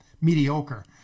mediocre